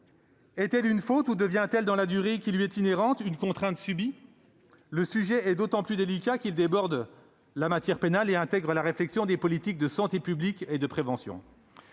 Est-elle une faute ou devient-elle, dans la durée qui lui est inhérente, une contrainte subie ? Le sujet est d'autant plus délicat qu'il déborde la matière pénale et intègre à la réflexion les politiques de santé publique et de prévention.